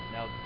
Now